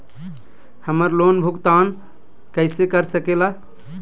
हम्मर लोन भुगतान कैसे कर सके ला?